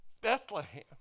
Bethlehem